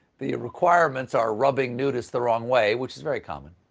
the requirements are rubbing nudists the wrong way, which is very common.